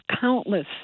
countless